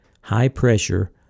high-pressure